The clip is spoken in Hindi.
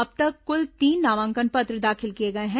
अब तक कुल तीन नामांकन पत्र दाखिल किए गए हैं